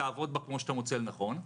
תעבוד בה כמו שאתה מוצא לנכון,